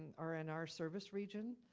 are in our service region.